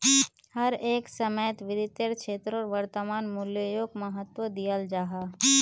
हर एक समयेत वित्तेर क्षेत्रोत वर्तमान मूल्योक महत्वा दियाल जाहा